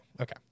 Okay